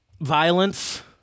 Violence